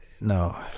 No